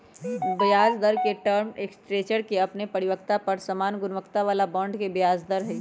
ब्याजदर के term structure अनेक परिपक्वता पर समान गुणवत्ता बला बॉन्ड के ब्याज दर हइ